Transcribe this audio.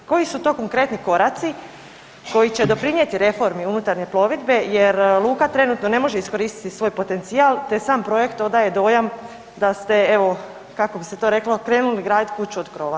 Koji su to konkretni koraci koji će doprinijeti reformi unutarnje plovidbe jer luka trenutno ne može iskoristiti svoj potencijal te sam projekt odaje dojam da ste, evo, kako bi se to reklo, krenuli graditi kuću od krova.